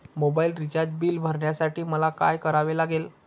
Mobile recharge bill भरण्यासाठी मला काय करावे लागेल?